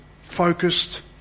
focused